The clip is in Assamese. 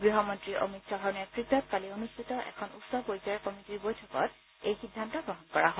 গৃহমন্ত্ৰী অমিত খাহৰ নেতৃত্ত কালি অনুষ্ঠিত এখন উচ্চ পৰ্যায়ৰ কমিটিৰ বৈঠকত এই সিদ্ধান্ত গ্ৰহণ কৰা হয়